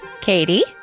Katie